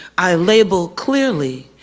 i label clearly,